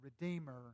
redeemer